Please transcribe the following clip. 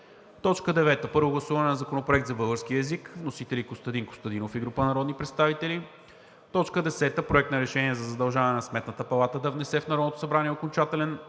9. Първо гласуване на Законопроекта за българския език. Вносители – Костадин Костадинов и група народни представители. 10. Проект на решение за задължаване на Сметната палата да внесе в Народното събрание окончателен